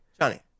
johnny